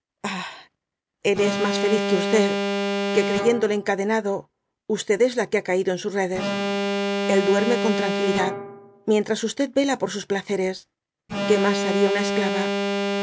es mas feliz que xd que creyéndole encadenado es la que ha caido en sus redes duerme con tranquilidad mientras e vela por sus placeres que mas baria una esclava